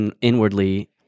inwardly